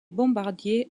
bombardiers